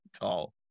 tall